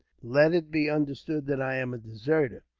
let it be understood that i am a deserter,